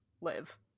live